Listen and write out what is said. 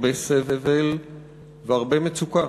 הרבה סבל והרבה מצוקה.